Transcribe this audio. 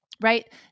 right